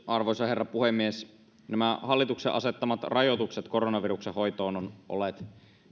arvoisa herra puhemies nämä hallituksen asettamat rajoitukset koronaviruksen hoitoon ovat olleet